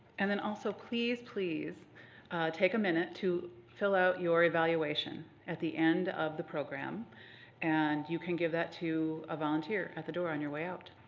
and then also please, please take a minute to fill out your evaluation at the end of the program and you can give that to a volunteer at the door on your way out.